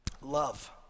Love